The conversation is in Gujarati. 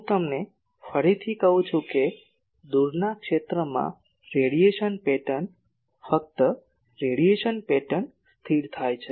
હું તમને ફરીથી કહું છું કે દૂરના ક્ષેત્રમાં રેડિયેશન પેટર્ન ફક્ત રેડિયેશન પેટર્ન સ્થિર થાય છે